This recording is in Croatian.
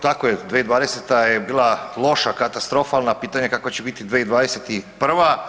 Tako je, 2020. je bila loša, katastrofalna, pitanje je kakva će biti 2021.